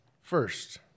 first